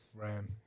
Ram